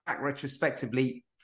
retrospectively